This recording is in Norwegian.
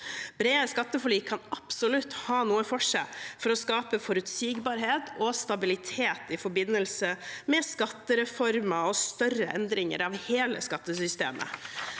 Brede skatteforlik kan absolutt ha noe for seg for å skape forutsigbarhet og stabilitet i forbindelse med skattereformer og større endringer av hele skattesystemet.